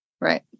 Right